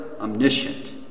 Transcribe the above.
omniscient